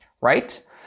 right